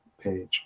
page